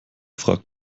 fragt